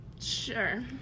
Sure